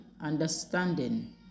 understanding